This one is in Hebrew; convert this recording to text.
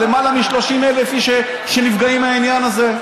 יש למעלה מ-30,000 שנפגעים מהעניין הזה.